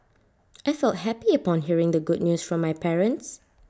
I felt happy upon hearing the good news from my parents